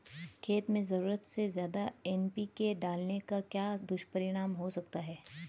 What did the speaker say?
खेत में ज़रूरत से ज्यादा एन.पी.के डालने का क्या दुष्परिणाम हो सकता है?